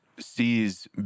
sees